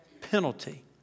penalty